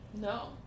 No